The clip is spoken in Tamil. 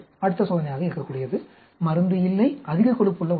அடுத்த சோதனையாக இருக்கக்கூடியது மருந்து இல்லை அதிக கொழுப்புள்ள உணவு